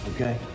okay